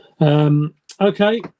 Okay